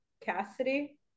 Cassidy